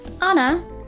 Anna